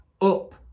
up